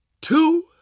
two